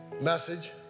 message